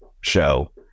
show